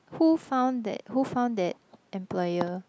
who found that who found that employer